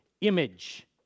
image